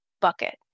bucket